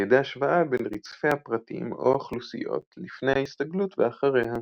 על ידי השוואה בין רצפי הפרטים או האוכלוסיות לפני ההסתגלות ואחריה.